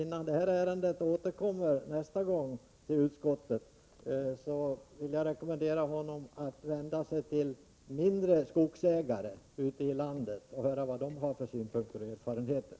Jag vill rekommendera honom att innan ärendet nästa gång kommer till utskottet vända sig till mindre skogsägare ute i landet och höra vad de har för synpunkter och erfarenheter.